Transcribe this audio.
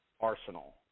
arsenal